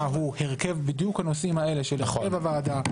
הוא בדיוק הנושאים האלה של הרכב הוועדה,